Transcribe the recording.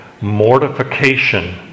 mortification